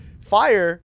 Fire